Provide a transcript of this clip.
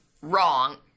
wrong